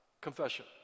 confession